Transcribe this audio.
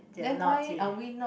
then why are we not